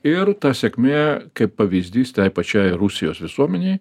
ir ta sėkmė kaip pavyzdys tai pačiai rusijos visuomenei